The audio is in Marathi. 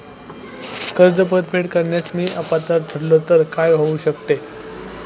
कर्ज परतफेड करण्यास मी अपात्र ठरलो तर काय होऊ शकते?